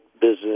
business